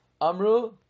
Amru